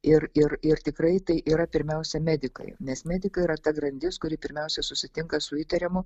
ir ir ir tikrai tai yra pirmiausia medikai nes medikai yra ta grandis kuri pirmiausia susitinka su įtariamu